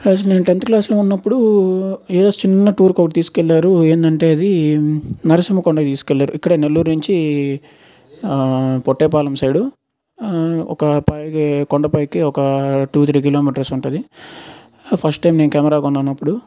నేను టెంత్ క్లాస్లో ఉన్నప్పుడు ఏదో చిన్న టూర్కు ఒకటి తీసుకెళ్లారు ఏందంటే అది నరసింహకొండ తీసుకెళ్లారు ఇక్కడ నెల్లూరు నుంచి ఆ పొట్టేపాలెం సైడు ఒక పైగే కొండ పైకి టూ త్రి కిలోమీటర్స్ ఉంటుంది ఫస్ట్ టైం కెమెరా కొన్నాను అప్పుడు